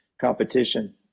competition